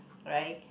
right